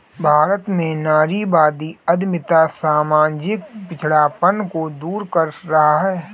भारत में नारीवादी उद्यमिता सामाजिक पिछड़ापन को दूर कर रहा है